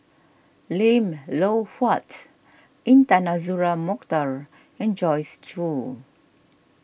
Lim Loh Huat Intan Azura Mokhtar and Joyce Jue